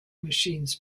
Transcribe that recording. machines